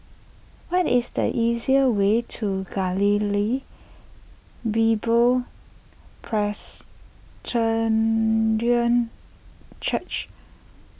what is the easier way to Galilee Bible Presbyterian Church